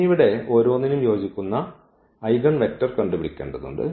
ഇനി ഇവിടെ ഓരോന്നിനും യോജിക്കുന്ന ഐഗൺവെക്റ്റർ കണ്ടുപിടിക്കേണ്ടത് ഉണ്ട്